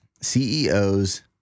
CEOs